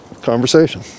conversation